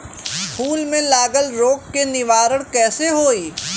फूल में लागल रोग के निवारण कैसे होयी?